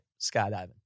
skydiving